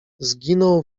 zginął